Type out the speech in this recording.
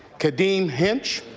kadine hunch,